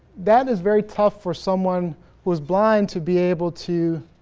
that is very tough for someone was blind to be able to